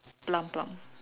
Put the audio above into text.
plum plum